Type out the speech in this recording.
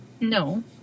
No